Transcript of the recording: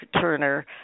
Turner